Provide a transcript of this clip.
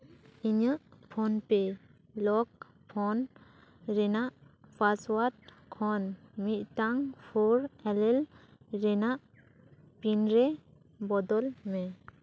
ᱤᱧᱟᱹᱜ ᱯᱷᱳᱱᱯᱮ lock phone ᱨᱮᱱᱟᱜ ᱯᱟᱥᱚᱣᱟᱴ ᱠᱷᱚᱱ ᱢᱤᱫᱴᱟᱝ ᱯᱷᱳᱨ ᱮᱞᱮᱞ ᱨᱮᱱᱟᱜ ᱯᱤᱱᱨᱮ ᱵᱚᱫᱚᱞ ᱢᱮ